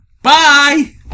Bye